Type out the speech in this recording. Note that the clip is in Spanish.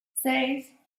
seis